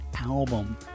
album